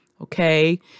okay